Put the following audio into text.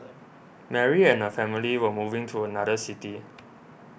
Mary and her family were moving to another city